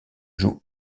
joue